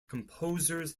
composers